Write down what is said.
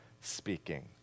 speaking